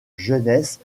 jeunesse